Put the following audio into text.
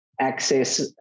access